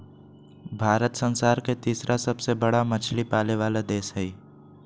भारत संसार के तिसरा सबसे बडका मछली पाले वाला देश हइ